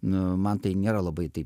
nu man tai nėra labai taip